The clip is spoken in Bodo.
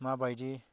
माबायदि